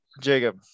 jacob